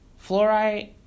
Fluorite